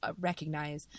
recognize